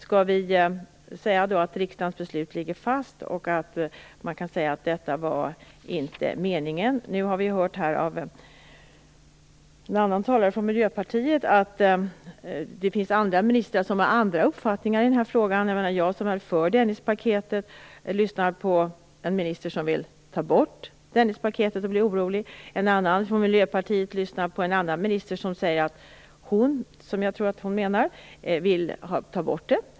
Skall vi då säga att riksdagens beslut ligger fast och att detta inte var meningen? Vi har nu hört av en talare från Miljöpartiet att det finns andra ministrar som har andra uppfattningar i den här frågan. Jag som är för Dennispaketet lyssnar på en minister som vill ta bort Dennispaketet och blir orolig. En miljöpartist lyssnar på en annan minister som säger att hon, som jag tror att hon menar, vill ta bort det.